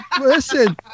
Listen